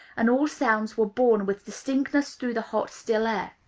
and all sounds were borne with distinctness through the hot still air.